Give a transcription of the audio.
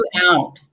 out